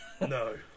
No